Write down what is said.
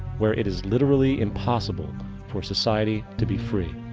where it is literally impossible for society to be free.